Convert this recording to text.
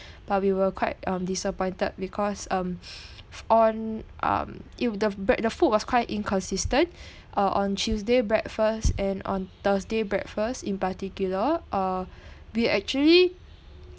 but we were quite um disappointed because um on um if the break~ the food was quite inconsistent uh on tuesday breakfast and on thursday breakfast in particular uh we actually